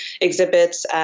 exhibits